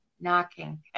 knocking